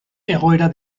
egoera